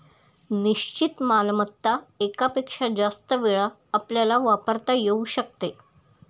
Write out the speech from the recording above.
निश्चित मालमत्ता एकापेक्षा जास्त वेळा आपल्याला वापरता येऊ शकते